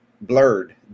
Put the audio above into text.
blurred